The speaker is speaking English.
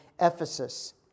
Ephesus